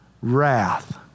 wrath